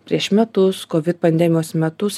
prieš metus kovid pandemijos metus